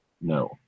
no